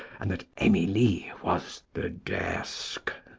and that emily was the desk